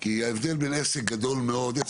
כי ההבדל בין זה לבין עסק גדול מאוד הוא